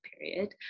period